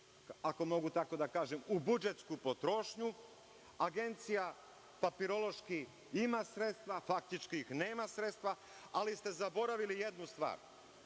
ako mogu tako da kažem, budžetsku potrošnju, a Agencija papirološki ima sredstva, faktični nema sredstva, ali ste tu zaboravili jednu stvar.